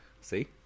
See